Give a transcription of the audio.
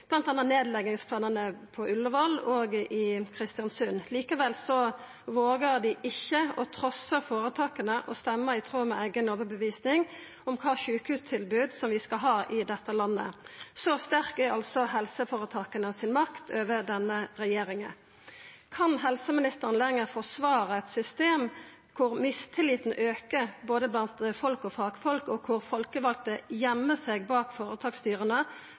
nedleggingsplanane på Ullevål og i Kristiansund. Likevel vågar dei ikkje å trassa føretaka og stemma i tråd med eiga overtyding om kva sjukehustilbod vi skal ha i dette landet. Så sterk er altså helseføretaka si makt over denne regjeringa. Kan helseministeren lenger forsvara eit system der mistilliten aukar blant både folk og fagfolk, og der folkevalde gøymer seg bak føretaksstyra